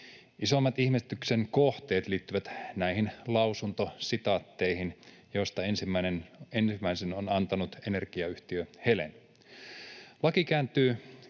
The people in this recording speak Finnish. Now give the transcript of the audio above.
Isommat ihmetyksen kohteet liittyvät näihin lausuntositaatteihin, joista ensimmäisen on antanut energiayhtiö Helen: ”Laki kääntyy